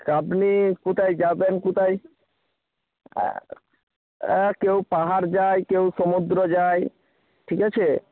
তা আপনি কোথায় যাবেন কোথায় কেউ পাহাড় যায় কেউ সমুদ্র যায় ঠিক আছে